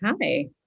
Hi